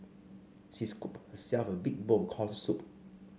she scooped herself a big bowl of corn soup